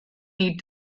need